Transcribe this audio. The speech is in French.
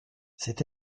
c’est